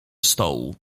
stołu